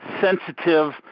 sensitive